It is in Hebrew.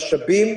במשאבים,